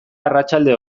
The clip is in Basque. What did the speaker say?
arratsalde